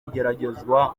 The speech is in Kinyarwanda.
igeragezwa